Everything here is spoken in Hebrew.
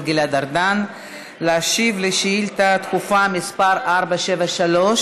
גלעד ארדן להשיב על שאילתה דחופה מס' 473,